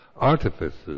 artifices